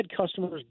customers